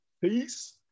Peace